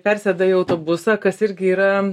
persėda į autobusą kas irgi yra